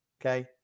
Okay